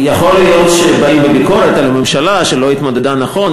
יכול להיות שבאים בביקורת על הממשלה שלא התמודדה נכון,